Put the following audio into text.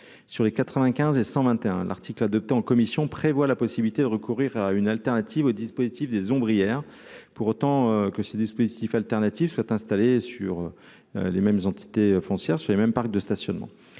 sur les 95 et 121 l'article adopté en commission prévoit la possibilité de recourir à une alternative au dispositif des hier pour autant que ces dispositifs alternatifs soit installé sur les mêmes entités foncière je savais même parc de stationnement